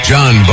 John